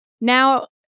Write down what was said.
Now